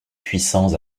puissants